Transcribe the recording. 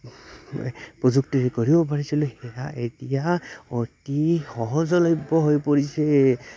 এক প্ৰযুক্তি গঢ়িব পাৰিছিলে সেয়া এতিয়া অতি সহজলভ্য হৈ পৰিছে